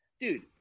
Dude